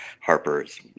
Harper's